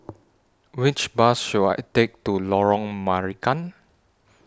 Which Bus should I Take to Lorong Marican